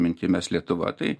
minty mes lietuva tai